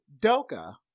Doka